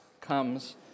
comes